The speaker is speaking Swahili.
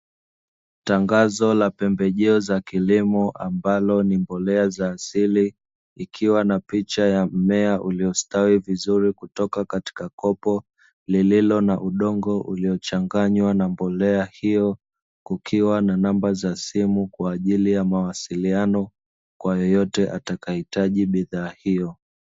Tangazo la pembejeo za kilimo ambalo ni mbolea za asili ikiwa na picha ya mmea uliostawi vizuri kutoka katika kopo, lililo na udongo uliochanganywa na mbolea hiyo, kukiwa na namba za simu kwa ajili ya mawasiliano kwa yeyote atakayehitaji bidhaa hiyo.